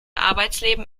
arbeitsleben